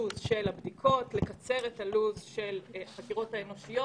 הלו"ז של החקירות האנושיות.